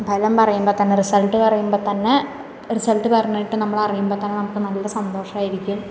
ബലം പറയുമ്പം തന്നെ റിസൾട്ട് പറയുമ്പം തന്നെ റിസൾട്ട് പറഞ്ഞിട്ട് നമ്മൾ അറിയുമ്പം തന്നെ നമുക്ക് നല്ല സന്തോഷമായിരിക്കും